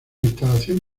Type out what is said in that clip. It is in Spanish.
instalación